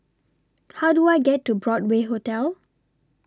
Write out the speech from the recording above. How Do I get to Broadway Hotel